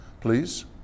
Please